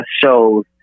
shows